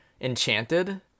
enchanted